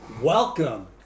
welcome